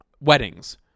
weddings